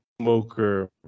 smoker